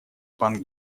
пан